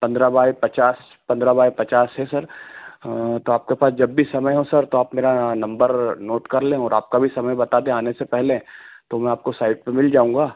पन्द्रह बाए पचास पन्द्रह बाए पचास है सर तो आपके पास जब भी समय हो सर तो आप मेरा नंबर नोट कर लें और आपका भी समय बता दें आने से पहले तो मैं आपको साइट पर मिल जाऊँगा